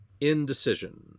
Indecision